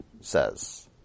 says